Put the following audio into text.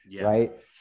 right